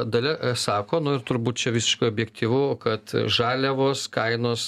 dalia sako nu ir turbūt čia visiškai objektyvu kad žaliavos kainos